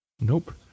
Nope